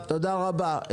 תודה רבה.